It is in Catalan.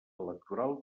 electoral